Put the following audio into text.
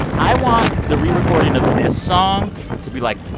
i want the rerecording of this song to be, like,